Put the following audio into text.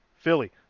Philly